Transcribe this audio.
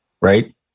Right